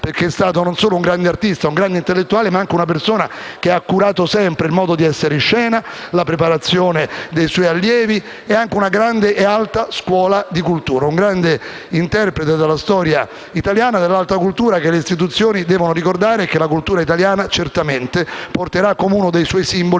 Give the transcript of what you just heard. non è stato solo un grande artista e intellettuale, ma anche una persona che ha curato sempre il modo di essere in scena e la preparazione dei suoi allievi, con un'alta scuola di cultura. Si tratta di un grande interprete della storia italiana, dell'alta cultura, che le istituzioni devono ricordare e che la cultura italiana certamente porterà come uno dei suoi simboli